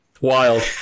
Wild